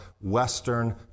Western